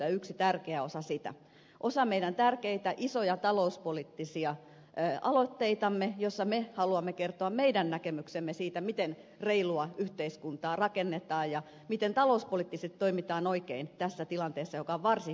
tämä on yksi tärkeä osa meidän tärkeitä isoja talouspoliittisia aloitteitamme joissa me haluamme kertoa näkemyksemme siitä miten reilua yhteiskuntaa rakennetaan ja miten talouspoliittisesti toimitaan oikein tässä varsin haastavassa tilanteessa